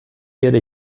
werde